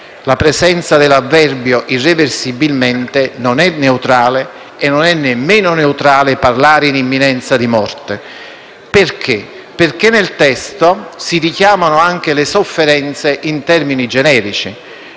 La presenza dell'avverbio «irreversibilmente» non è neutrale e non è nemmeno neutrale parlare di imminenza di morte, perché nel testo si richiamano anche le sofferenze in termini generici.